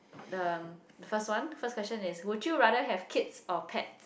um the first one first question is would you rather have kids or pets